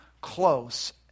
close